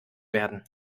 werden